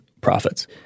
profits